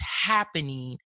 happening